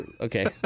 Okay